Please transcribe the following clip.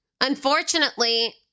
unfortunately